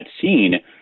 scene